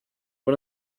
one